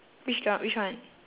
which which one